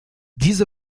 diese